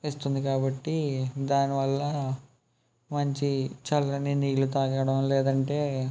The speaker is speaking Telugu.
ఇస్తుంది కాబట్టి దాని వల్ల మంచి చల్లనీ నీళ్ళు తాగడం లేదంటే